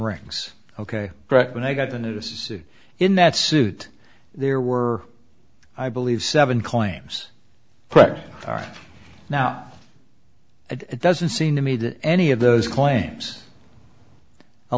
rings ok when i got the news in that suit there were i believe seven claims are now at doesn't seem to me that any of those claims